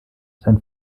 sein